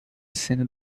cena